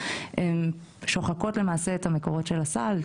הן שוחקות למעשה את המקורות של הסל.